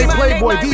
Playboy